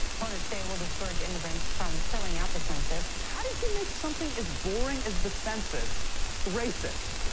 opponents say it will discourage immigrants from filling out the census. how did you make something as boring as the census racist?